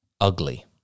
ugly